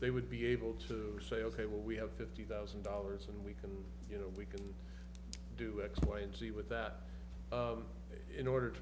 they would be able to say ok we have fifty thousand dollars and we can you know we can do x y and z with that in order to